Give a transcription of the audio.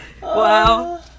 Wow